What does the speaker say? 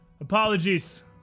Apologies